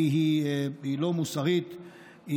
כי היא לא מוסרית,